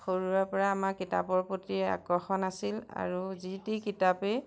সৰুৰে পৰা আমাৰ কিতাপৰ প্ৰতি আকৰ্ষণ আছিল আৰু যি টি কিতাপেই